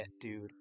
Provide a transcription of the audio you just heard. dude